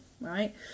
Right